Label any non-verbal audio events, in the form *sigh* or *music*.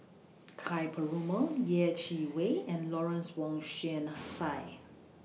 *noise* Ka Perumal Yeh Chi Wei and Lawrence Wong Shyun *noise* Tsai